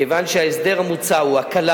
כיוון שההסדר המוצע הוא הקלה,